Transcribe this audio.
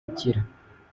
gukira